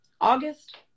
August